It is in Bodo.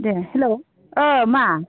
दे हेल्ल' अ मा